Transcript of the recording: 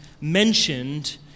mentioned